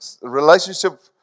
relationship